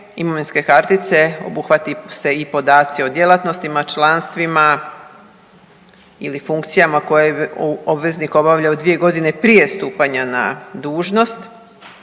imovinske kartice obuhvate se i podaci o djelatnostima, članstvima ili funkcijama koje obveznik obavlja u dvije godine prije stupanja na dužnost